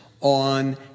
on